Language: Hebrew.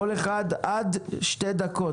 כל אחד עד שתי דקות.